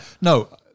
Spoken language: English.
No